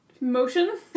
motion